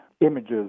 images